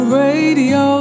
radio